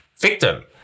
victim